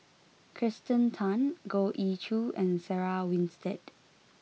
Kirsten Tan Goh Ee Choo and Sarah Winstedt